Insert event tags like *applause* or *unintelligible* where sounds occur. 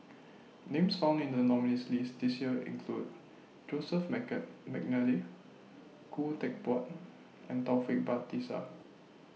Names found in The nominees' list This Year include Joseph *unintelligible* Mcnally Khoo Teck Puat and Taufik Batisah